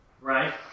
Right